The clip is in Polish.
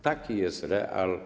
Taki jest real.